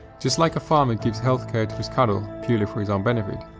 just like a farmer gives health care to his cattle purely for his own benefit,